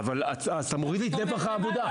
אבל אתה מוריד לי את נפח העבודה.